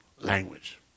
language